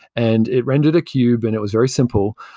and it rendered a cube and it was very simple,